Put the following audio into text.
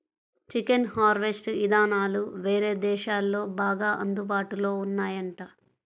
chicken harvest ఇదానాలు వేరే దేశాల్లో బాగా అందుబాటులో ఉన్నాయంట